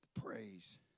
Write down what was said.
Praise